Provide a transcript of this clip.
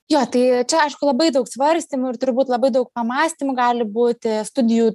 jo tai čia aišku labai daug svarstymų ir turbūt labai daug pamąstymų gali būti studijų